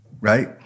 right